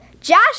Josh